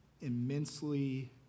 immensely